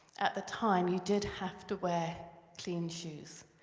at the time you did have to wear clean shoes